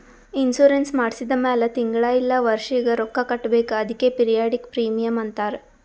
insurance ಮಾಡ್ಸಿದ ಮ್ಯಾಲ್ ತಿಂಗಳಾ ಇಲ್ಲ ವರ್ಷಿಗ ರೊಕ್ಕಾ ಕಟ್ಬೇಕ್ ಅದ್ಕೆ ಪಿರಿಯಾಡಿಕ್ ಪ್ರೀಮಿಯಂ ಅಂತಾರ್